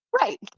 Right